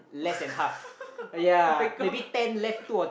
!wah! my-god